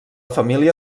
família